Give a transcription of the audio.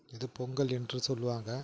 இது பொங்கல் என்று சொல்லுவாங்க